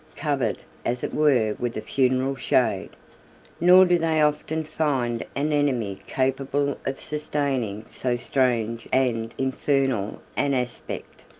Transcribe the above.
covered as it were with a funeral shade nor do they often find an enemy capable of sustaining so strange and infernal an aspect.